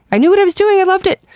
i knew what i was doing, i loved it!